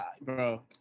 bro